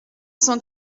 sans